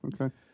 okay